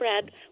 Brad